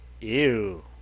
Ew